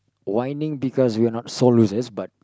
whining because we are not sore losers but